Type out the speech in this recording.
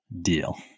deal